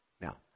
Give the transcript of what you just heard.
Now